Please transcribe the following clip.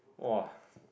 !wah!